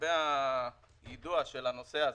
לגבי היידוע של הנושא הזה.